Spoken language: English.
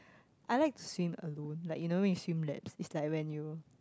I like to swim alone like you know when you swim laps is like when you